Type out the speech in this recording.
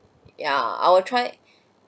ya I will try